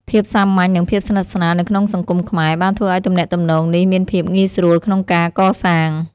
ភាពសាមញ្ញនឹងភាពស្និទ្ធស្នាលនៅក្នុងសង្គមខ្មែរបានធ្វើឱ្យទំនាក់ទំនងនេះមានភាពងាយស្រួលក្នុងការកសាង។